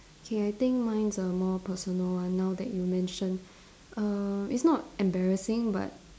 okay I think mine's a more personal one now that you mentioned err it's not embarrassing but